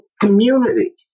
community